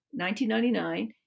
1999